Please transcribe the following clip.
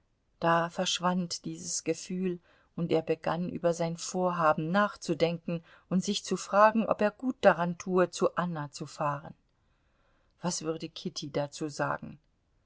da verschwand dieses gefühl und er begann über sein vorhaben nachzudenken und sich zu fragen ob er gut daran tue zu anna zu fahren was würde kitty dazu sagen